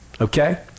okay